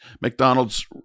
mcdonald's